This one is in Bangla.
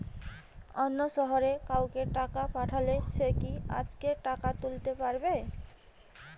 অন্য শহরের কাউকে টাকা পাঠালে সে কি আজকেই টাকা তুলতে পারবে?